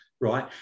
right